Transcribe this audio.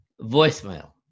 Voicemail